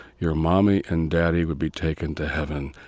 your mommy and daddy would be taken to heaven,